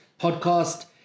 podcast